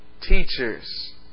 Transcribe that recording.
teachers